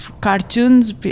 cartoons